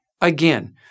Again